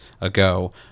ago